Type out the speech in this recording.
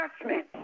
adjustment